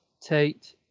Tate